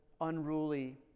unruly